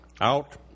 Out